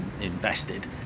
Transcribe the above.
invested